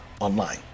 online